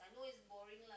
I know is boring lah